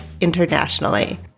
internationally